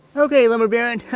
okay, lumber baron,